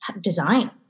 design